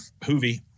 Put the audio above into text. Hoovy